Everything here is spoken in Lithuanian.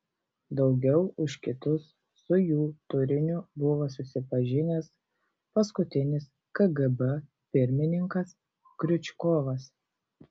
daugiau už kitus su jų turiniu buvo susipažinęs paskutinis kgb pirmininkas kriučkovas